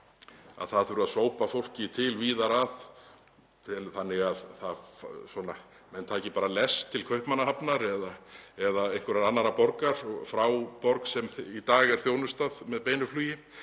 að þar þurfi að sópa fólki til víðar að þannig að menn taki bara lest til Kaupmannahafnar eða einhverrar annarrar borgar frá borg sem í dag er þjónustuð með beinu flugi